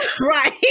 Right